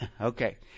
Okay